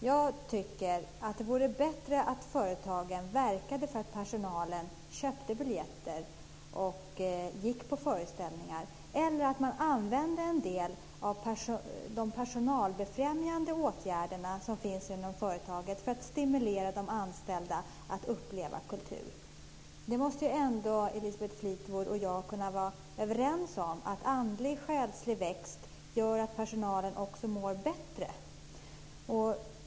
Jag tycker att det vore bättre att företagen verkade för att personalen köpte biljetter och gick på föreställningar eller att man använde en del av de personalbefrämjande åtgärder som vidtas inom företaget för att stimulera de anställda att uppleva kultur. Elisabeth Fleetwood och jag måste ändå kunna vara överens om att andlig och själslig växt gör att personalen också mår bättre.